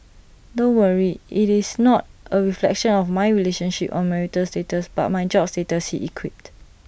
don't worry IT is not A reflection of my relationship or marital status but my job status he quipped